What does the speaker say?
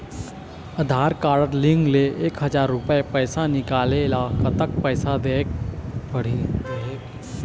आधार card link ले एक हजार रुपया पैसा निकाले ले कतक पैसा देहेक पड़ही?